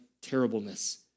terribleness